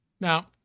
Now